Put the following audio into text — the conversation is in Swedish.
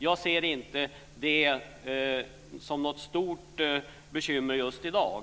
Jag ser inte det som något stort bekymmer just i dag.